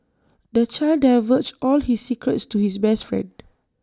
the child divulged all his secrets to his best friend